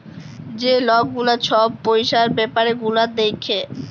যে লক গুলা ছব পইসার ব্যাপার গুলা দ্যাখে